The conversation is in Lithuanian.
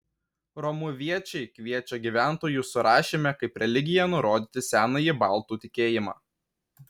romuviečiai kviečia gyventojų surašyme kaip religiją nurodyti senąjį baltų tikėjimą